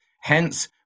hence